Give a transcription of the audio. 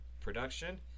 production